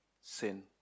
sin